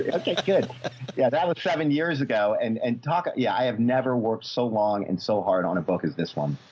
ah okay, good. yeah. that was seven years ago. and and talk. ah yeah. i have never worked so long and so hard on a book. is this one?